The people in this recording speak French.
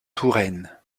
touraine